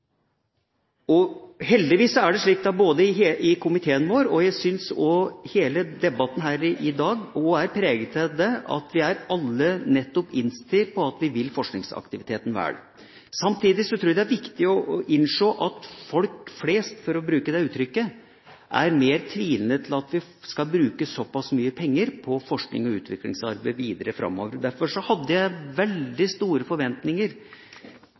diskusjonen. Heldigvis er det slik at både komiteen vår, og jeg syns òg hele debatten her i dag, er preget av at vi alle nettopp er innstilt på at vi vil forskningsaktiviteten vel. Samtidig tror jeg det er viktig å innse at folk flest – for å bruke det uttrykket – er mer tvilende til at vi skal bruke såpass mye penger på forsknings- og utviklingsarbeid videre framover. Derfor hadde jeg veldig store forventninger